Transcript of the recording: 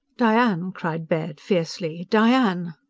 diane! cried baird fiercely. diane!